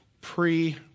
pre